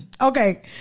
Okay